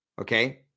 Okay